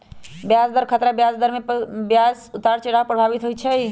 ब्याज दर खतरा बजार में ब्याज के उतार चढ़ाव प्रभावित होइ छइ